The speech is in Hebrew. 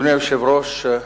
אדוני היושב-ראש,